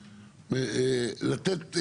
אבל --- אני אמרתי שיהיה דד-ליין,